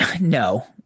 No